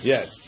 Yes